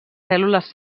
cèl·lules